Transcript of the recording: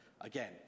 again